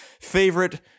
favorite